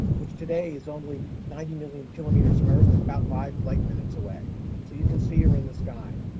which, today, is only ninety million kilometers from earth, about five light minutes away, so you can see her in the sky.